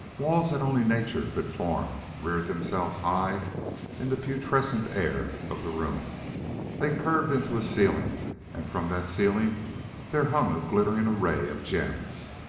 walls that only nature could form reared themselves high in the putrescent air of the room they curved into a ceiling, and from that ceiling there hung a glittering array of gems.